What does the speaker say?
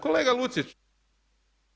Kolega Lucić.